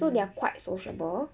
so they're quite sociable